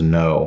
no